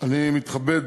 אני מתכבד